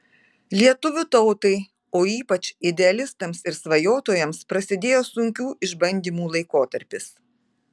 lietuvių tautai o ypač idealistams ir svajotojams prasidėjo sunkių išbandymų laikotarpis